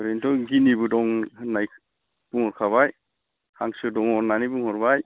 ओरैनोथ' गिनिबो दं होन्नाय बुंहरखाबाय हांसो दङ होन्नानै बुंहरबाय